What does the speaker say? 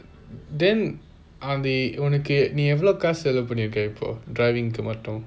then on the உனக்கு நீ எவ்லொ காசு செலவு பனிர்க்க இப்பொ:unakku nee evlo kaasu selavu panrika ippo driving மட்டும்:mattum